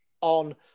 on